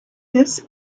this